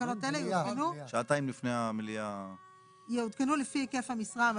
תקנות אלה יעודכנו לפי היקף המשרה המתאים.